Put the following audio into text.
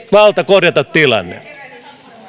valta korjata tilanne